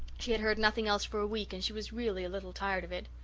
she had heard nothing else for a week and she was really a little tired of it.